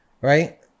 right